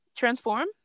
transform